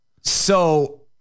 So-